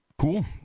Cool